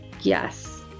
yes